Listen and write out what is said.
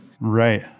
Right